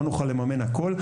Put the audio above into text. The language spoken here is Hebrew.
לא נוכל לממן הכול,